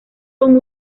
con